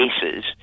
cases